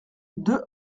deux